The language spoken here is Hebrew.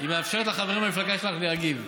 היא מאפשרת לחברים מהמפלגה שלך להגיב.